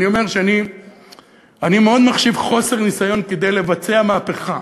אני אומר שאני מאוד מחשיב חוסר ניסיון כדי לבצע מהפכה,